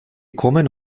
kommen